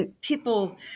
people